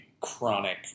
chronic